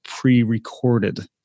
pre-recorded